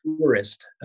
tourist